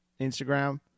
instagram